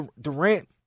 Durant